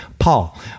Paul